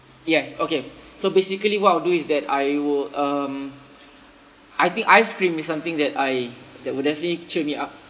yes okay so basically what I'll do is that I will um I think ice cream is something that I that would definitely cheer me up